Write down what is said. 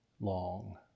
long